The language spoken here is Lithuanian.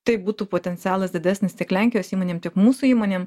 taip būtų potencialas didesnis tiek lenkijos įmonėm tiek mūsų įmonėm